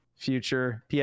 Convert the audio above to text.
Future